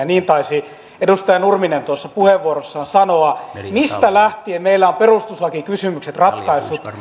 niin taisi edustaja nurminen tuossa puheenvuorossaan sanoa mistä lähtien meillä on perustuslakikysymykset ratkaissut